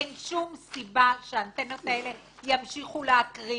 אין שום סיבה שהאנטנות האלה ימשיכו להקרין,